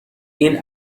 این